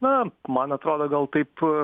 na man atrodo gal taip